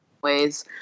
ways